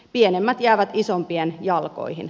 pienemmät jäävät isompien jalkoihin